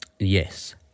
Yes